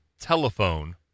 telephone